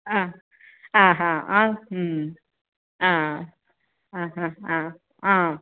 ആഹ് ആഹാ ആ ആ അ അ ആ ആ